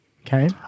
Okay